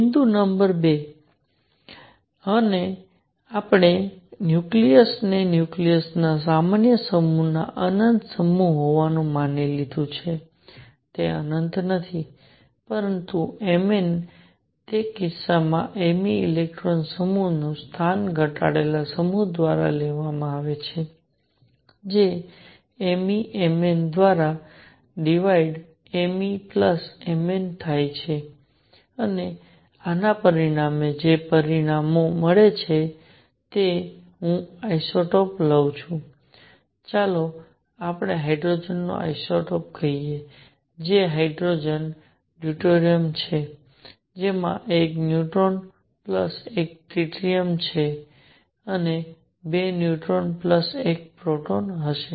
બિંદુ નંબર બે આપણે ન્યુક્લિયસને ન્યુક્લિયસના સામાન્ય સમૂહમાં અનંત સમૂહ હોવાનું માની લીધું છે તે અનંત નથી પરંતુ Mn તે કિસ્સામાં m e ઇલેક્ટ્રોન સમૂહનું સ્થાન ઘટાડેલા સમૂહ દ્વારા લેવામાં આવે છે જે m e M n દ્વારા divide m e plus M n થાય છે અને આના પરિણામો છે જે પરિણામો છે કે હું આઇસોટોપ લઉં છું ચાલો આપણે હાઇડ્રોજનને આઇસોટોપ કહીએ જે હાઇડ્રોજન ડ્યુટેરિયમ છે જેમાં 1 ન્યુટ્રોન પ્લસ 1 ટ્રિટિયમ છે જે છે 2 ન્યુટ્રોન પ્લસ 1 પ્રોટોન હશે